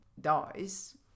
dies